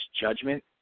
judgment